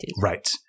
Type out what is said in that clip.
Right